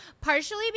partially